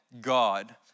God